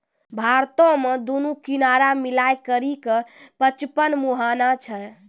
भारतो मे दुनू किनारा मिलाय करि के पचपन मुहाना छै